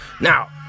Now